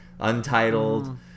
Untitled